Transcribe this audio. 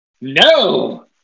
No